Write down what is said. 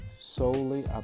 solely